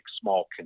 small